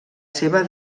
seva